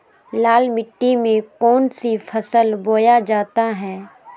लाल मिट्टी में कौन सी फसल बोया जाता हैं?